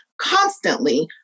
constantly